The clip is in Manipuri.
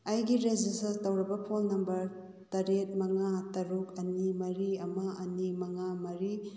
ꯑꯩꯒꯤ ꯔꯦꯖꯤꯁꯇꯔ ꯇꯧꯔꯕ ꯐꯣꯟ ꯅꯝꯕꯔ ꯇꯔꯦꯠ ꯃꯉꯥ ꯇꯔꯨꯛ ꯑꯅꯤ ꯃꯔꯤ ꯑꯃ ꯑꯅꯤ ꯃꯉꯥ ꯃꯔꯤ